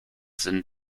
sind